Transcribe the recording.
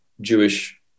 Jewish